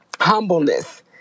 humbleness